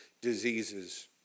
diseases